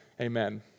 Amen